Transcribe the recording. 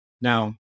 Now